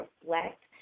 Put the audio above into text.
reflect